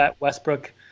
Westbrook